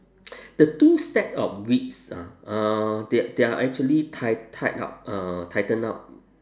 the two stack of weeds ah uh they they are actually tied tied up uh tightened up